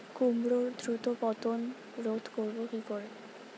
কুমড়োর দ্রুত পতন রোধ করব কি করে?